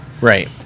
Right